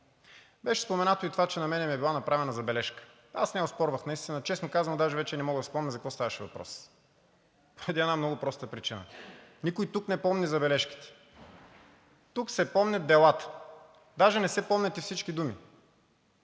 беше споменато и това, че на мен ми е направена „забележка“. Аз не я оспорвах наистина. Честно казано, даже вече и не мога да си спомня за какво ставаше въпрос по една много проста причина: никой тук не помни „забележките“, тук се помнят делата, даже не се помнят и всички думи.